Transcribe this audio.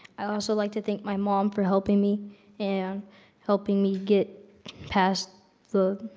i'd also like to thank my mom for helping me and helping me get past the,